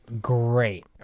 great